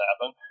happen